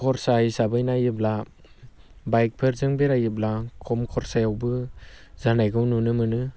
खरसा हिसाबै नायोब्ला बाइकफोरजों बेरायोब्ला खम खरसायावबो जानायखौ नुनो मोनो